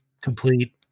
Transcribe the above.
complete